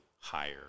higher